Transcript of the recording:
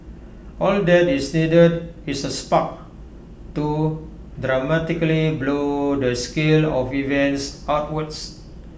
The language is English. all that is needed is A spark to dramatically blow the scale of events outwards